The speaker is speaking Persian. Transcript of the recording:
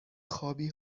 خوابی